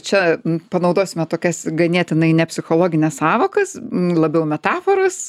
čia panaudosime tokias ganėtinai ne psichologines sąvokas labiau metaforas